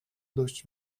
dość